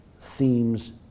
themes